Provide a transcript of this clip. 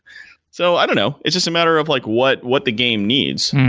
so i don't know. it's just a matter of like what what the game needs.